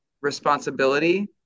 responsibility